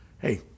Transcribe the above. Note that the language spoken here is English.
Hey